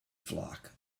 flock